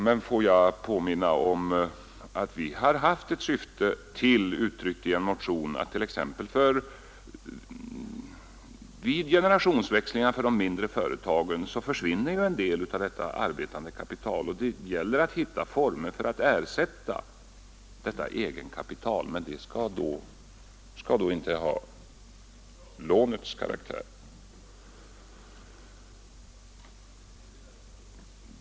Men får jag påminna om att vi i en motion uttryckt ett önskemål att man bör försöka finna former för att ersätta det egenkapital som försvinner vid exempelvis generationsväxlingar i de mindre företagen; men ersättningen av detta arbetande kapital skall inte ha lånets karaktär.